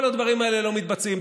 כל הדברים האלה לא מתבצעים.